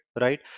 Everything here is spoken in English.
right